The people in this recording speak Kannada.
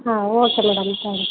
ಹಾಂ ಓಕೆ ಮೇಡಮ್ ತ್ಯಾಂಕ್ ಯು